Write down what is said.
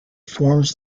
forms